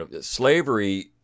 slavery